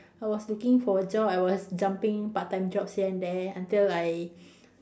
I was looking for a job I was jumping part time jobs here and there until like I